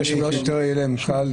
אני